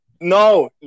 No